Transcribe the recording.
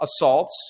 assaults